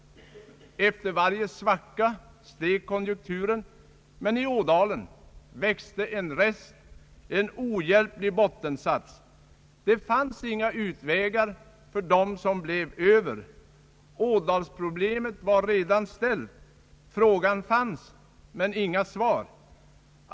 Efter varje svacka steg konjunkturen, men i Ådalen växte en rest, en ohjälplig bottensats. Det fanns inga utvägar för dem som blev över. Ådalsproblemet var redan ställt. Frågan fanns, men inga svar.